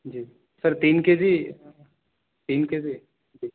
جی sir تین K G تین K G جی